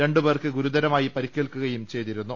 രണ്ടു പേർക്ക് ഗുരുതരമായി പരിക്കേൽക്കുകയും ചെയ്തിരുന്നു